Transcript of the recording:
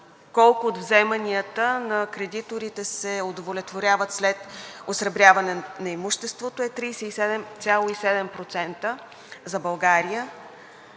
колко от вземанията на кредиторите се удовлетворяват след осребряване на имуществото е 37,7% за България